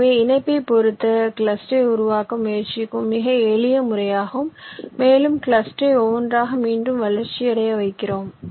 எனவேஇணைப்பைப் பொறுத்து கிளஸ்டரைப் உருவாக்க முயற்சிக்கும் மிக எளிய முறையாகும் மேலும் கிளஸ்டரைப் ஒவ்வொன்றாக மீண்டும் வளர்ச்சியடைய வைக்கிறோம்